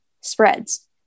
spreads